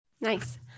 Nice